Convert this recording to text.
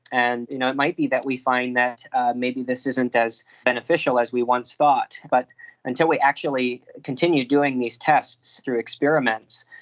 and you know it might be that we find that maybe this isn't as beneficial as we once thought, but until we actually continue doing these tests through experiments,